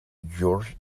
george